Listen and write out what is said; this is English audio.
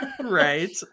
right